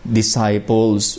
disciples